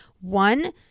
one